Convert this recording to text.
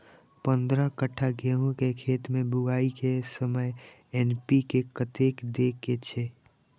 पंद्रह कट्ठा गेहूं के खेत मे बुआई के समय एन.पी.के कतेक दे के छे?